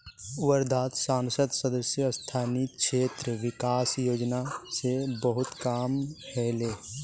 वर्धात संसद सदस्य स्थानीय क्षेत्र विकास योजना स बहुत काम ह ले